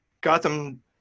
Gotham